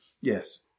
yes